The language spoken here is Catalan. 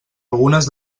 algunes